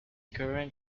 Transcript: current